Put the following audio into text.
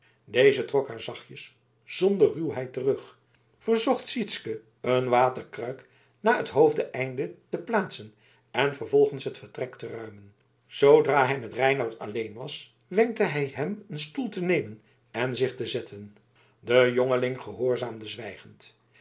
deze trok haar zachtjes zonder ruwheid terug verzocht sytsken een waterkruik naast het hoofden einde te plaatsen en vervolgens het vertrek te ruimen zoodra hij met reinout alleen was wenkte hij hem een stoel te nemen en zich te zetten de jongeling gehoorzaamde zwijgend